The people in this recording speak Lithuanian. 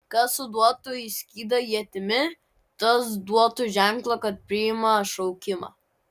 kas suduotų į skydą ietimi tas duotų ženklą kad priima šaukimą